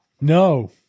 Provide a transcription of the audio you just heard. No